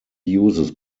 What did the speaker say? uses